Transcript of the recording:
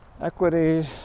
equity